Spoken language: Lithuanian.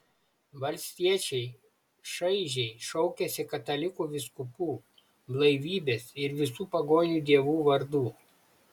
valstiečiai šaižiai šaukiasi katalikų vyskupų blaivybės ir visų pagonių dievų vardų